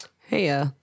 Hey